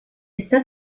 stato